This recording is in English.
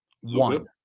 one